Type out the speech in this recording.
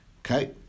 Okay